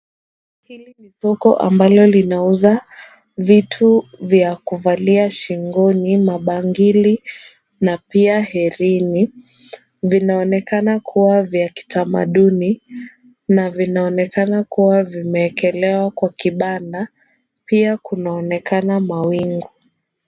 Hili ni soko ambalo linauza vitu vya kuvalia shingoni, mabangili na pia herini. Vinaonekana kuwa vya kitamaduni na vinaonekana kuwa vimeekelewa kwa kibanda pia kunaonekana mawingu.